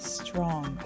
strong